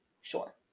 Sure